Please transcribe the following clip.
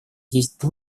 есть